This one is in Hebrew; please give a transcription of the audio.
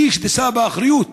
היא שתישא באחריות